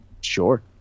Sure